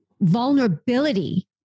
vulnerability